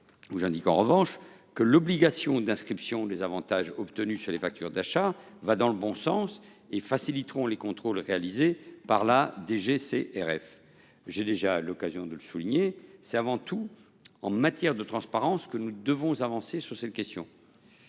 dire. En revanche, l’obligation d’inscription des avantages obtenus sur les factures d’achat va dans le bon sens et facilitera les contrôles réalisés par la DGCCRF. J’ai déjà eu l’occasion de le souligner, c’est avant tout en matière de transparence que nous devons avancer. Aussi,